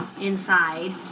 inside